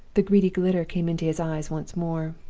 the greedy glitter came into his eyes once more.